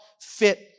fit